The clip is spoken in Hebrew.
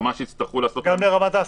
גם ברמת ההעסקה?